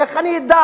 איך אני אדע?